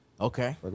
Okay